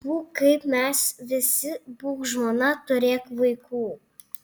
būk kaip mes visi būk žmona turėk vaikų